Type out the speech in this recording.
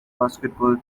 basketball